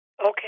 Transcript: Okay